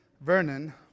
Vernon